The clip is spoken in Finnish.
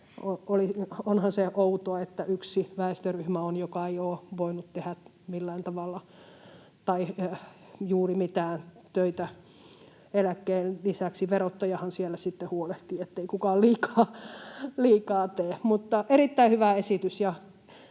Onhan se outoa, että on yksi väestöryhmä, joka ei ole voinut tehdä millään tavalla tai juuri mitään töitä eläkkeen lisäksi. Verottajahan siellä sitten huolehtii, ettei kukaan liikaa tee. Erittäin hyvä esitys.